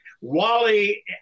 Wally